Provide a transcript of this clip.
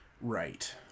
Right